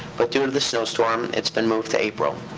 but due to the snowstorm, it's been moved to april.